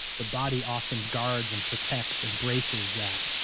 the body often guards and protects and braces that.